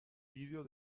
video